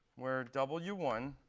where w one